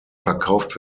verkauft